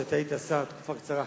שכשהיית שר תקופה קצרה,